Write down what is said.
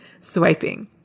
swiping